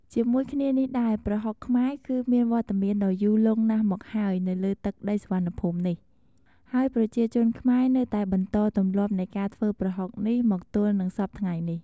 ជាមួយគ្នានេះដែរ ប្រហុកខ្មែរគឺមានវត្តមានដ៏យូរលង់ណាស់មកហើយនៅលើទឹកដីសុវណ្ណភូមិនេះ ហើយប្រជាជនខ្មែរនៅតែបន្តទម្លាប់នៃការធ្វើប្រហុកនេះមកទល់នឹងសព្វថ្ងៃនេះ។